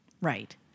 Right